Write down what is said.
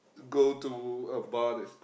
go to a bar that's c~